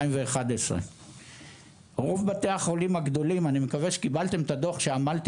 2011. רוב בתי החולים הגדולים אני מקווה שקיבלתם את הדוח שעמלתי